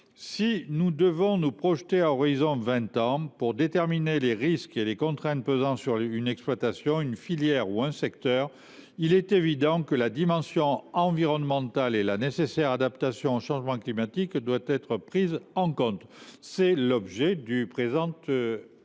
Si nous devons nous projeter à un horizon de vingt ans pour déterminer les risques et les contraintes pesant sur une exploitation, une filière ou un secteur, il est évident que la dimension environnementale et la nécessaire adaptation au changement climatique doivent être prises en compte. Tel est l’objet du présent